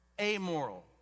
amoral